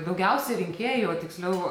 daugiausiai rinkėjų o tiksliau